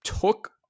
took